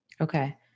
Okay